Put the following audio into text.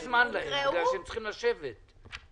כי אנחנו מצביעים על הנוסח שלכם.